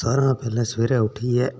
सारें शा पैह्लैं सवेरे उट्ठियै